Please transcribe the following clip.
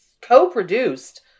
co-produced